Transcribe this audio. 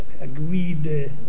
agreed